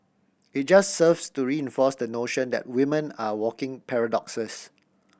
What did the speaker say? it just serves to reinforce the notion that women are walking paradoxes